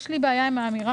יש לי בעיה עם האמירה